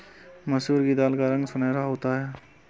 मसूर की दाल का रंग सुनहरा होता है